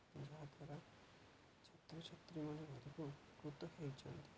ଯାହାଦ୍ୱାରା ଛାତ୍ରଛାତ୍ରୀମାନେ ବହୁତ ଉପକୃତ ହେଇଛନ୍ତି